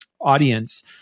audience